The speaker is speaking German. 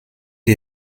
ihr